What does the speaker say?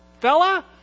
fella